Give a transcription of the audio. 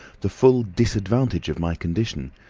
the full disadvantage of my condition.